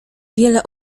wiele